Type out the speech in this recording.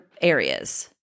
areas